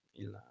il